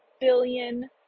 billion